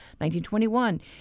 1921